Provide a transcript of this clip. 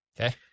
Okay